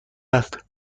است